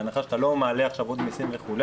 בהנחה שאתה לא מעלה עכשיו עוד מיסים וכו',